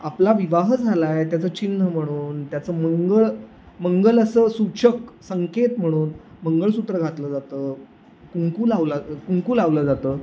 आपला विवाह झाला आहे त्याचं चिन्ह म्हणून त्याचं मंगळ मंगल असं सूचक संकेत म्हणून मंगळसूत्र घातलं जातं कुंकू लावला कुंकू लावलं जातं